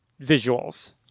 visuals